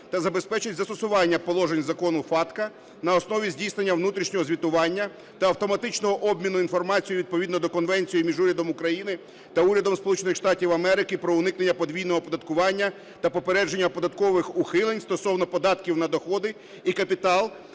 та забезпечить застосування положень Закону FATCA на основі здійснення внутрішнього звітування та автоматичного обміну інформацією відповідно до Конвенції між Урядом України та Урядом Сполучених Штатів Америки про уникнення подвійного оподаткування та попередження податкових ухилень стосовно податків на доходи і капітал